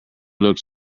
looked